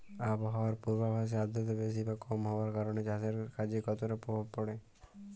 আবহাওয়ার পূর্বাভাসে আর্দ্রতা বেশি বা কম হওয়ার কারণে চাষের কাজে কতটা প্রভাব পড়ে?